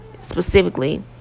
specifically